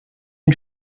and